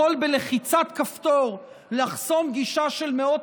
יכול בלחיצת כפתור לחסום גישה של מאות